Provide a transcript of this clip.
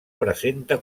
presenta